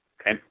okay